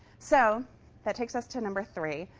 so that takes us to number three,